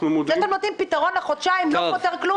כאשר אתם נותנים פתרון לחודשיים זה לא פותר כלום.